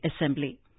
Assembly